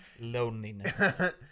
Loneliness